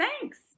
Thanks